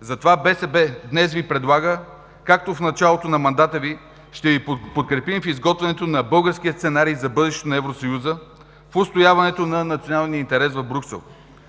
Затова БСП днес Ви предлага, както в началото на мандата Ви: ще Ви подкрепим в изготвянето на българския сценарий за бъдещето на Евросъюза, в отстояването на националния интерес в Брюксел.